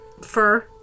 fur